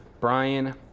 Brian